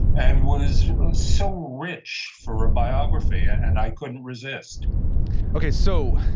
and was so rich for a biography, and i couldn't resist okay. so,